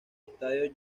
estadio